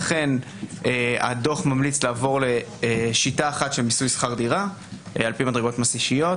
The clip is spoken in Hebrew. לכן הדוח ממליץ לעבור לשיטה אחת של מיסוי שכר דירה לפי דרגות מס אישיות